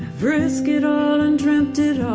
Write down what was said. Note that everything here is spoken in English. risked it all and dreamt it all